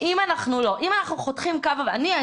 אם אנחנו חותכים קו אני,